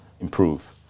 improve